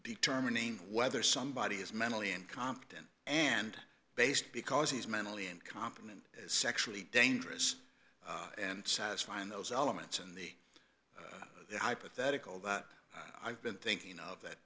determining whether somebody is mentally incompetent and based because he's mentally incompetent sexually dangerous and satisfying those elements in the hypothetical that i've been thinking of that